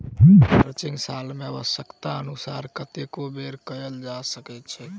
crutching साल मे आव्श्यकतानुसार कतेको बेर कयल जा सकैत छै